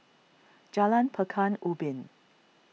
Jalan Pekan Ubin